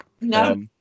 No